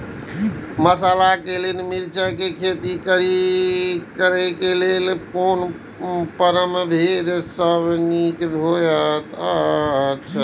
मसाला के लेल मिरचाई के खेती करे क लेल कोन परभेद सब निक होयत अछि?